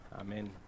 amen